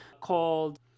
called